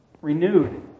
renewed